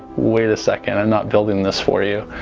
wait a second i'm not building this for you